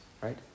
Right